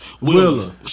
Willa